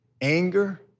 anger